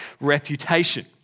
reputation